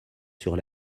sur